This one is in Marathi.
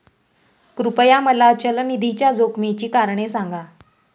कृपया मला चल निधीच्या जोखमीची कारणे सांगा